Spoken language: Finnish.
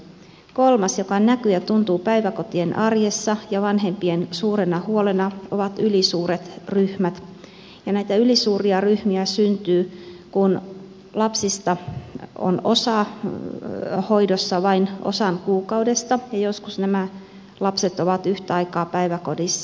kolmas joka näkyy ja tuntuu päiväkotien arjessa ja vanhempien suurena huolena on ylisuuret ryhmät ja näitä ylisuuria ryhmiä syntyy kun lapsista on osa hoidossa vain osan kuukaudesta ja joskus nämä lapset ovat yhtä aikaa päiväkodissa